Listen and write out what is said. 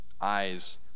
eyes